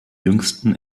jüngsten